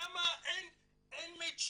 למה אין מצ'ינג?